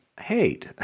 hate